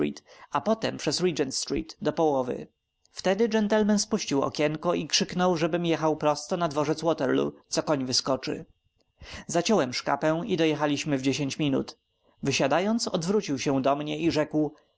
a potem przez regent street do połowy wtedy gentleman spuścił okienko i krzyknął żebym jechał prosto na dworzec waterloo co koń wyskoczy zaciąłem szkapę i dojechaliśmy w dziesięć minut wysiadając odwrócił się do mnie i rzekł